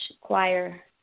choir